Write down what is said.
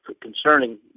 concerning